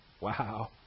Wow